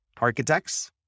architects